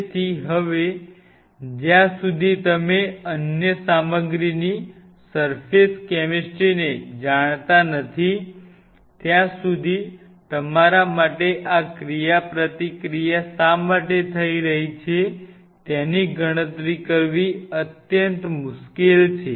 તેથી હવે જ્યાં સુધી તમે અન્ય સામગ્રીની સર્ફેસ કૅમેસ્ટ્રીને જાણતા નથી ત્યાં સુધી તમારા માટે આ ક્રિયાપ્રતિક્રિયા શા માટે થઈ રહી છે તેની ગણતરી કરવી અત્યંત મુશ્કેલ છે